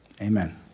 Amen